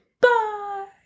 bye